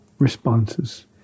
Responses